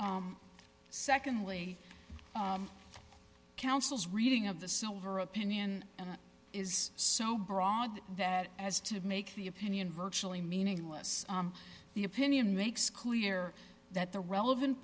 seven secondly counsel's reading of the silver opinion is so broad that as to make the opinion virtually meaningless the opinion makes clear that the relevant